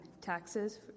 taxes